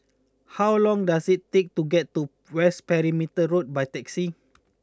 how long does it take to get to West Perimeter Road by taxi